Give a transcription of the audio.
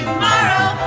Tomorrow